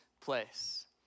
place